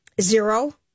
Zero